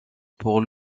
pour